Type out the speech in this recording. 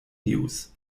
news